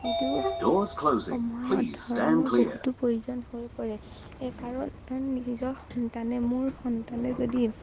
যিটো সময়ত ধৰ্ম বহুতো প্ৰয়োজন হৈ পৰে কাৰণ নিজৰ সন্তানে মোৰ সন্তানে যদি